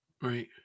Right